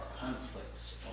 conflicts